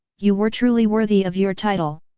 you were truly worthy of your title!